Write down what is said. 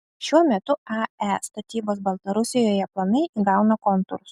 šiuo metu ae statybos baltarusijoje planai įgauna kontūrus